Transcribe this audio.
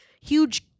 huge